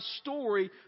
story